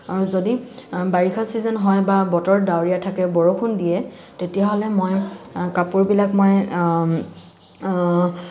আৰু যদি বাৰিষা চিজন হয় বা বতৰ ডাৱৰীয়া থাকে বৰষুণ দিয়ে তেতিয়াহ'লে মই কাপোৰবিলাক মই